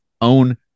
own